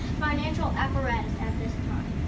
financial apparatus at this time.